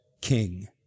King